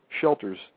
shelters